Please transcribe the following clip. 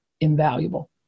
invaluable